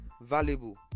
valuable